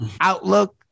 outlook